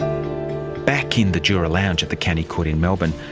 back in the juror lounge of the county court in melbourne,